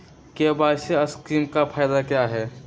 KCC scheme का फायदा क्या है?